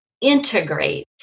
integrate